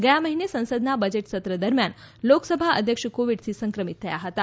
ગયા મહિને સંસદનાં બજેટ સત્ર દરમિયાન લોકસભા અધ્યક્ષ કોવિડથી સંક્રમિત થયા હતાં